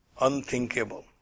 Unthinkable